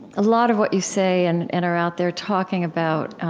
a lot of what you say and and are out there talking about,